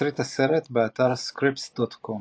תסריט הסרט באתר Scripts.com